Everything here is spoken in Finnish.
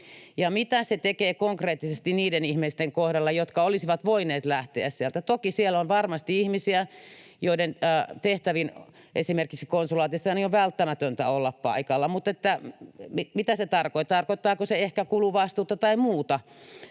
Mitä se tekee konkreettisesti niiden ihmisten kohdalla, jotka olisivat voineet lähteä sieltä? Toki siellä on varmasti ihmisiä, joiden tehtävien kannalta esimerkiksi konsulaatissa on ihan välttämätöntä olla paikalla. Mutta mitä se tarkoittaa? Tarkoittaako se ehkä kuluvastuuta tai muuta